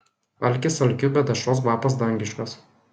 alkis alkiu bet dešros kvapas dangiškas